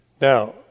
Now